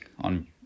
on